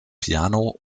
piano